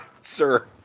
sir